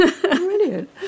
Brilliant